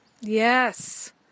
Yes